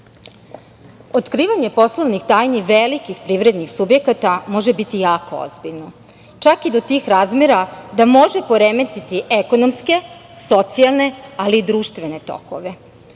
Otkrivanjem poslovnih tajni velikih privrednih subjekata može biti jako ozbiljno, čak i do tih razmera da može poremetiti ekonomske, socijalne, ali i društvene tokove.